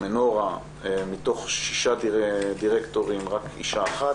מנורה, מתוך שישה דירקטורים, רק אישה אחת.